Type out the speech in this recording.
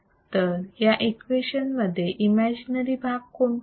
तर या इक्वेशन्स मध्ये इमॅजिनरी भाग कोणता आहे